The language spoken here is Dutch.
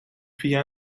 via